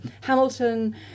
Hamilton